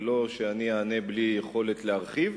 ולא שאני אענה בלי יכולת להרחיב.